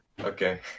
okay